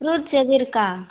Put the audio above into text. fruits எதுவும் இருக்கா